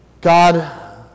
God